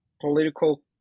political